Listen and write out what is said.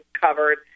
covered